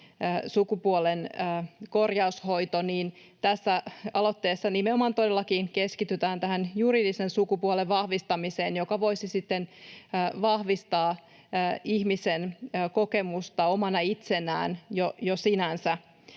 sukupuolenkorjaushoito, niin tässä aloitteessa nimenomaan todellakin keskitytään tähän juridisen sukupuolen vahvistamiseen, joka voisi sitten vahvistaa ihmisen kokemusta omana itsenään jo sinänsä.